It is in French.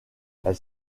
elle